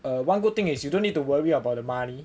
one good thing is you don't need to worry about the money